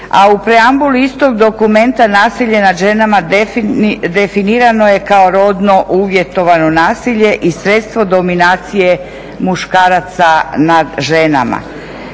A u preambuli istog dokumenata nasilje nad ženama definirano je kao rodno uvjetovano nasilje i sredstvo dominacije muškaraca nad ženama.